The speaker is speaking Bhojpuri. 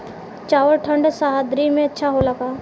चावल ठंढ सह्याद्री में अच्छा होला का?